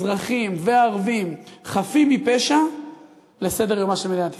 אזרחים וערבים חפים מפשע לסדר-יומה של מדינת ישראל.